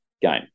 game